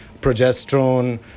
progesterone